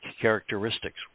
characteristics